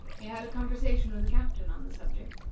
he had a conversation with the captain on the subject,